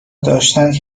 داشتند